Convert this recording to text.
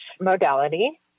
modality